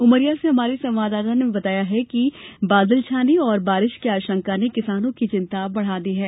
उमरिया से हमारे संवाददाता ने बताया है कि बादल छाने और बारिश की आशंका ने किसानों की चिन्ता बढ़ा दी है